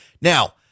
Now